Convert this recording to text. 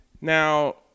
Now